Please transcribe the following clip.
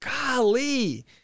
golly